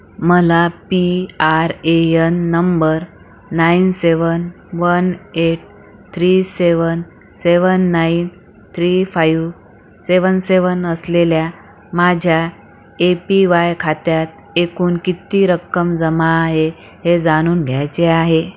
मला P R A N number nine seven one eight three seven seven nine three five seven seven असलेल्या माझ्या A P Y खात्यात एकूण किती रक्कम जमा आहे हे जाणून घ्यायचे आहे